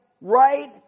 right